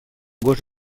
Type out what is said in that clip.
gos